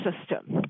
system